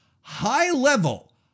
high-level